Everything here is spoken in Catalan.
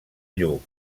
lluc